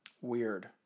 weird